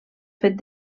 fet